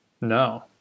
no